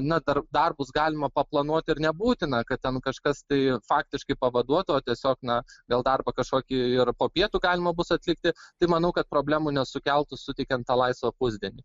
na dar darbus galima planuoti ir nebūtina kad ten kažkas tai faktiškai pavaduotų o tiesiog na gal darbą kažkokį ir po pietų galima bus atlikti tai manau kad problemų nesukeltų suteikiant tą laisvą pusdienį